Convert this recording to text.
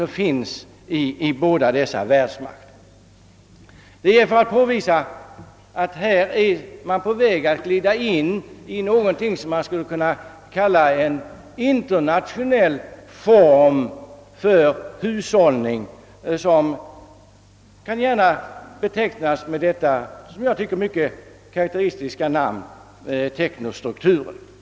Man är alltså på väg att glida in i någonting som skulle kunna kallas en internationell form för hushållning, som gärna kan betecknas med detta som jag tycker mycket karakteristiska namn »teknostruktur».